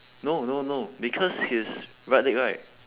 no no no because his right leg right